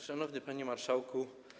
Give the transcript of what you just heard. Szanowny Panie Marszałku!